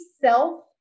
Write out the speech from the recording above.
self